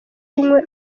kunywa